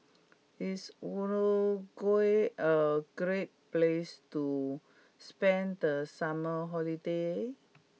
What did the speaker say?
is Uruguay a great place to spend the summer holiday